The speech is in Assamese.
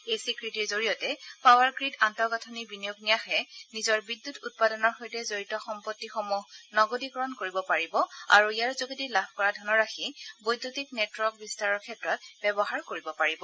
এই স্বীকৃতিৰ জৰিয়তে পাৱাৰগ্ৰীড আন্তঃগাথনি বিনিয়োগ ন্যাসে নিজৰ বিদ্যুৎ উৎপাদনৰ সৈতে জডিত সম্পত্তিসমূহ নগদীকৰণ কৰিব পাৰিব আৰু ইয়াৰ যোগেদি লাভ কৰা ধনৰাশি বৈদ্যতিক নেটৱৰ্ক বিস্তাৰৰ ক্ষেত্ৰত ব্যৱহাৰ কৰি পাৰিব